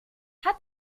hat